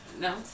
No